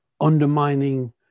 undermining